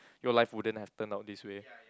your life wouldn't have turn out this way